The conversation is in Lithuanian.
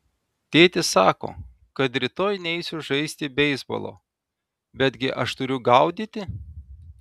tėtis sako kad rytoj neisiu žaisti beisbolo betgi aš turiu gaudyti